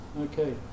okay